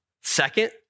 Second